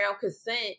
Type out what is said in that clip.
consent